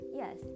yes